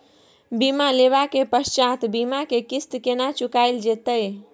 बीमा लेबा के पश्चात बीमा के किस्त केना चुकायल जेतै?